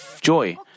joy